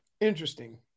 Interesting